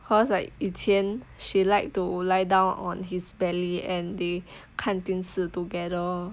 because like 以前 she liked to lie down on his belly and they 看电视 together